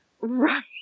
Right